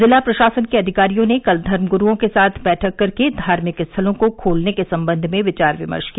जिला प्रशासन के अधिकारियों ने कल धर्मगुरूओं के साथ बैठक कर धार्मिक स्थलों को खोलने के संबंध में विचार विमर्श किया